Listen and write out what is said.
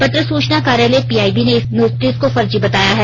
पत्र सूचना कार्यालय पी आई बी ने इस नोटिस को फर्जी बताया है